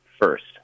first